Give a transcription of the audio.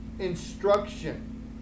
instruction